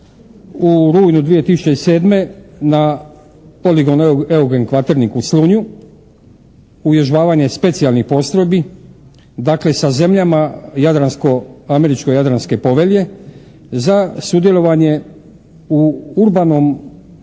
u rujnu 2007. na poligonu Eugen Kvaternik u Slunju. Uvježbavanje specijalnih postrojbi, dakle sa zemljama američko-jadranske povelje za sudjelovanje u urbanom